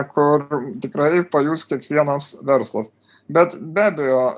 kur tikrai pajus kiekvienas verslas bet be abejo